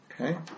Okay